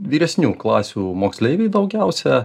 vyresnių klasių moksleiviai daugiausia